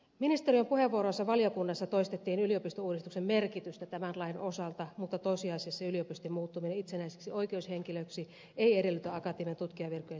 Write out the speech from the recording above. ministeriön puheenvuoroissa valiokunnassa toistettiin yliopistouudistuksen merkitystä tämän lain osalta mutta tosiasiassa yliopistojen muuttuminen itsenäisiksi oikeushenkilöiksi ei edellytä akatemiatutkijan virkojen siirtämistä